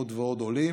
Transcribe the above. עוד ועוד עולים,